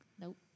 Nope